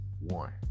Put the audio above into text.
one